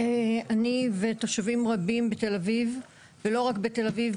אני ותושבים רבים בתל אביב ולא רק בתל אביב,